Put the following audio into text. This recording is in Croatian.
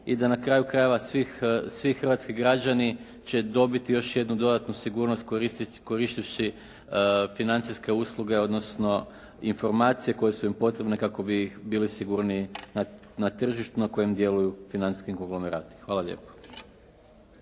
i da na kraju krajeva svi hrvatski građani će dobiti još jednu dodatnu sigurnost koristeći financijske usluge, odnosno informacije koje su im potrebne kako bi bili sigurniji na tržištu na kojem djeluju financijski konglomerati. Hvala lijepo.